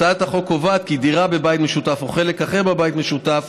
הצעת החוק קובעת כי דירה בבית משותף או חלק אחר בבית המשותף